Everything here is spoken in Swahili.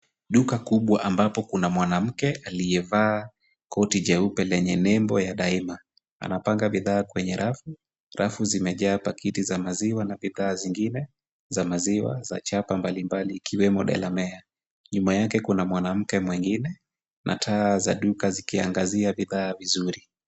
Duka kubwa ambapo kuna mwanamke aliyevaa koti jeupe lenye nembo ya daima. Anapanga bidhaa kwenye rafu. Rafu zimejaa pakiti za maziwa na bidhaa zingine, za maziwa, za chapa mbalimbali, zikiwemo Delamere. Nyumba yake kuna mwanamke mwingine, na taa za duka zikiangazia bidhaa vizuri.